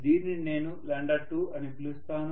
దీనిని నేను 2 అని పిలుస్తాను